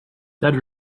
that